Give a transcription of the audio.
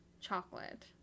chocolate